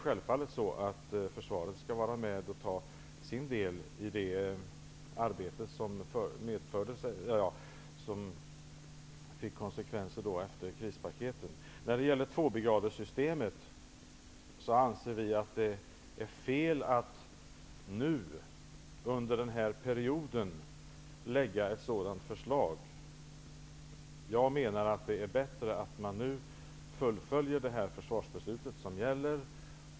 Försvaret skall självfallet vara med och ta sin del i det arbete som blev konsekvensen av krispaketen. När det gäller tvåbrigadssystemet anser vi att det är fel att nu, under den här perioden, lägga fram ett sådant förslag. Det är bättre att vi nu fullföljer det försvarsbeslut som gäller.